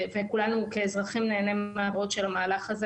וכולנו כאזרחים נהנה מהפירות של המהלך הזה